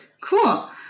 Cool